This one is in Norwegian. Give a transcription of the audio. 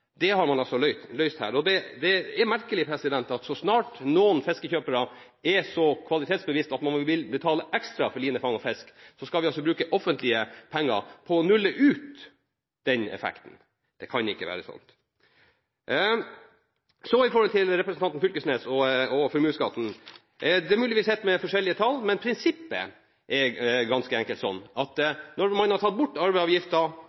Det har man altså løst her. Og det er merkelig at så snart noen fiskekjøpere er så kvalitetsbevisst at man vil betale ekstra for linefanget fisk, skal vi altså bruke offentlige penger på å nulle ut den effekten. Det kan ikke være sånn. Så til representanten Knag Fylkesnes og formuesskatten. Det er mulig vi sitter med forskjellige tall, men prinsippet er ganske enkelt at